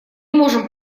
можем